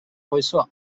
койсо